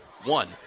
one